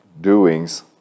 doings